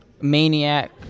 maniac